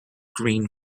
green